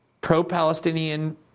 pro-Palestinian